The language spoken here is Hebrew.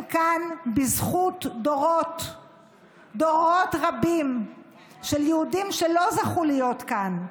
כאן בזכות דורות רבים של יהודים שלא זכו להיות כאן,